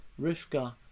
Rivka